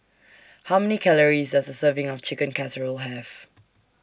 How Many Calories Does A Serving of Chicken Casserole Have